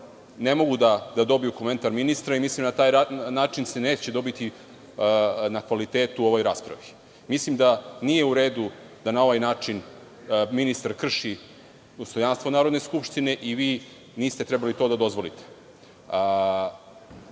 ne mogu da dobiju komentar ministra i mislim da se na taj način neće dobiti na kvalitetu u ovoj raspravi. Mislim da nije u redu da na ovaj način ministar krši dostojanstvo Narodne skupštine i vi niste trebali to da dozvolite.